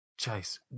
Chase